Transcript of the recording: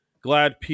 Glad